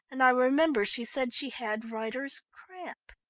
and i remember she said she had writer's cramp.